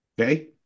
Okay